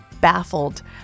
baffled